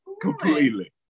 completely